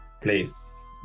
Please